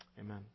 Amen